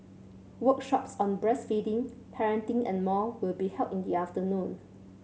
workshops on breastfeeding parenting and more will be held in the afternoon